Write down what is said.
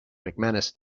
mcmanus